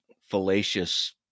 fallacious